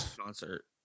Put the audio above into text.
concert